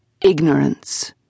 ignorance